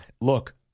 look